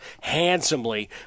handsomely